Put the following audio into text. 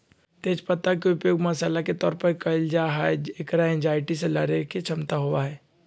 तेज पत्ता के उपयोग मसाला के तौर पर कइल जाहई, एकरा एंजायटी से लडड़े के क्षमता होबा हई